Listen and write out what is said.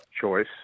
choice